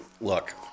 Look